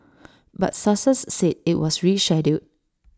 but sources said IT was rescheduled